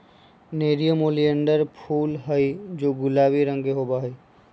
nerium oleander फूल हैं जो गुलाबी रंग के होबा हई